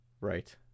Right